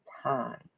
time